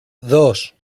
dos